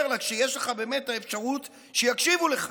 אלא כשיש לך באמת את האפשרות שיקשיבו לך,